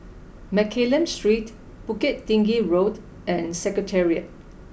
Mccallum Street Bukit Tinggi Road and Secretariat